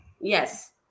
Yes